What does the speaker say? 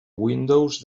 windows